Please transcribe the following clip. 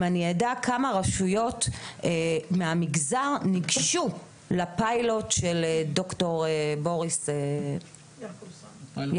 אם אדע כמה רשויות מהמגזר ניגשו לפיילוט של ד"ר בוריס יעקובסון.